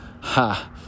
Ha